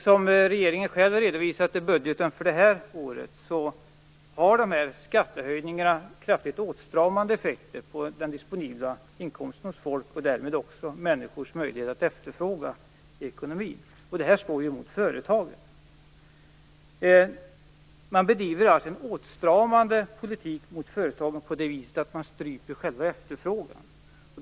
Som regeringen själv har redovisat i budgeten för det här året har de här skattehöjningarna kraftigt åtstramande effekter på folks disponibla inkomster och därmed också på människors ekonomiska efterfrågan. Det här slår ju mot företagen. Regeringen bedriver alltså en åtstramande politik gentemot företagen på det viset att man stryper själva efterfrågan.